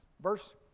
Verse